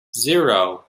zero